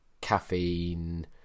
caffeine